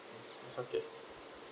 it's okay